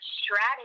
strategy